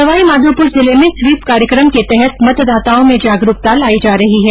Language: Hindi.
सवाईमाधोपुर जिले में स्वीप कार्यक्रम के तहत मतदाताओं में जागरूकता लाई जा रही है